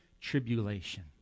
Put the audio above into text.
tribulation